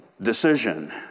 decision